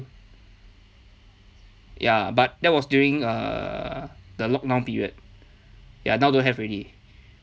ya but that was during err the lockdown period ya now don't have already